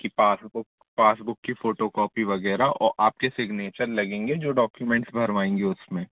कि passbook passbook की photo copy वगैरह और आपके सिग्नेचर लगेंगे जो डॉक्यूमेंट्स भरवाएंगे उसमें